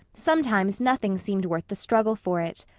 sometimes nothing seemed worth the struggle for it.